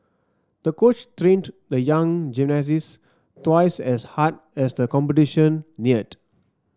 the coach trained the young gymnast twice as hard as the competition neared